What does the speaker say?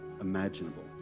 imaginable